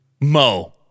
Mo